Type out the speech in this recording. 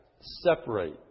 Separate